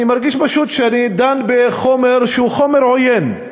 אני מרגיש פשוט שאני דן בחומר שהוא חומר עוין.